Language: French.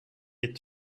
est